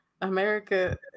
America